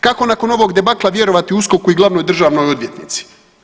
Kako nakon ovog debakla vjerovati USKOK-u i glavnoj državnoj odvjetnici?